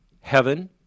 heaven